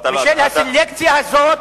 בשל הסלקציה הזאת יש אפליה.